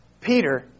Peter